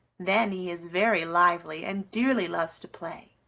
then, he is very lively and dearly loves to play.